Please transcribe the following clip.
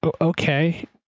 okay